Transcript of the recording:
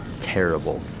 terrible